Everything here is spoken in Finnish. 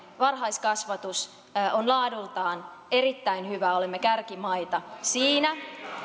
varhaiskasvatus on laadultaan erittäin hyvää olemme kärkimaita siinä